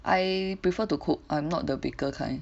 I prefer to cook I'm not the baker kind